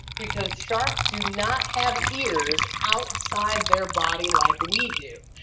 because sharks do not have ears outside their body like we do.